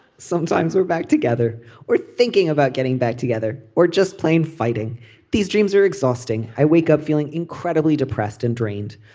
sometimes we're back together or thinking about getting back together or just plain fighting these dreams are exhausting. i wake up feeling incredibly depressed and drained.